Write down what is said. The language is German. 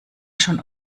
schon